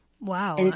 Wow